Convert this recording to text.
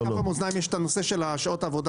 על כף המאזניים יש הנושא של שעות עבודה